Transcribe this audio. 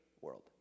world